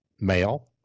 male